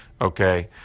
Okay